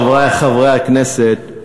חברי חברי הכנסת,